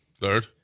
Third